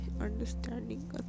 understanding